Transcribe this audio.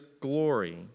glory